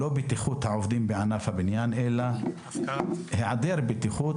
לא בטיחות העובדים בענף הבנייה אלא היעדר בטיחות